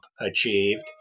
achieved